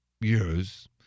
years